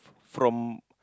from